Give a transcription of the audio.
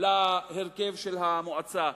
להרכב של המועצה.